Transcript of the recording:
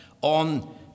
on